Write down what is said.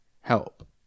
Help